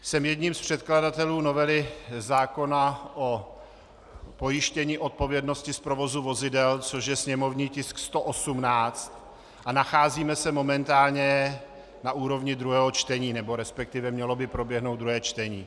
Jsem jedním z předkladatelů novely zákona o pojištění odpovědnosti z provozu vozidel, což je sněmovní tisk 118, a nacházíme se momentálně na úrovni druhého čtení, respektive mělo by proběhnout druhé čtení.